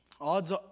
Odds